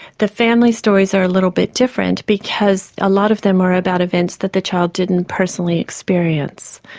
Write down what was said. the family stories are a little bit different because a lot of them are about events that the child didn't personally experience.